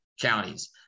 counties